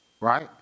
right